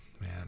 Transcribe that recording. man